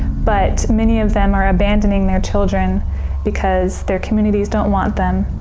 but many of them are abandoning their children because their communities don't want them,